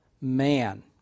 man